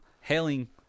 hailing